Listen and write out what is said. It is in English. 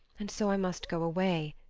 and so i must go away,